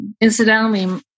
incidentally